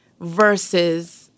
versus